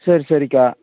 சரி சரிக்கா